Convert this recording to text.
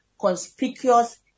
conspicuous